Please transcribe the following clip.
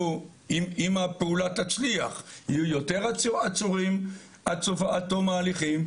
אם הפעולה תצליח יהיו יותר עצורים עד תום ההליכים,